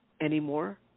Anymore